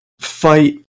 fight